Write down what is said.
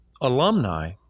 alumni